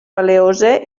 paleocè